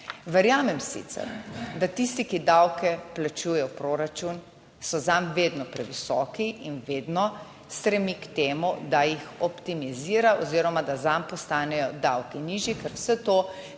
Verjamem sicer, da tisti, ki davke plačujejo v proračun, so zanj vedno previsoki in vedno stremi k temu, da jih optimizira oziroma da zanj postanejo davki nižji, ker vse to